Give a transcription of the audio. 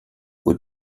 aux